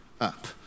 up